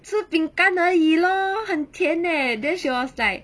吃饼干而已咯很甜 eh then she was like